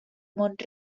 mont